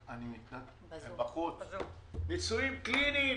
ניסויים קליניים